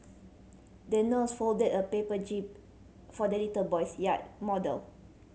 the nurse folded a paper jib for the little boy's yacht model